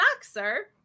sir